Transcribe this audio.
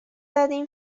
داریم